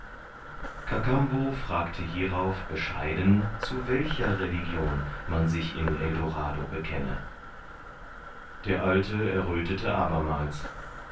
kakambo fragte hierauf bescheiden zu welcher religion man sich in eldorado bekenne der alte erröthete abermals